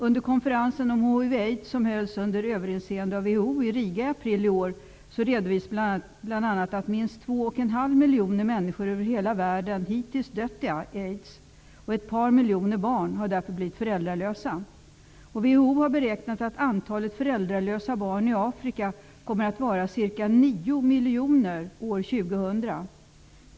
Under en konferens om hiv/aids som hölls under överinseende av WHO i Riga i april i år redovisades bl.a. att minst 2,5 miljoner människor över hela världen hittills dött i aids. Ett par miljoner barn har därför blivit föräldralösa. Afrika kommer att vara ca 9 miljoner år 2000.